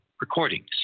recordings